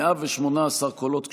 118 קולות כשרים,